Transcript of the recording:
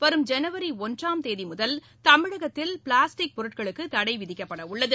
வரும் ஜனவரி ஒன்றாம் தேதி முதல் தமிழகத்தில் பிளாஸ்டிக் பொருட்களுக்கு தடை விதிக்கப்பட உள்ளது